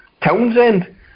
Townsend